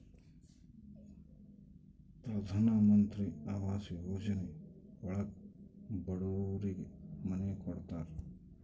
ಪ್ರಧನಮಂತ್ರಿ ಆವಾಸ್ ಯೋಜನೆ ಒಳಗ ಬಡೂರಿಗೆ ಮನೆ ಕೊಡ್ತಾರ